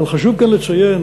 אבל חשוב כאן לציין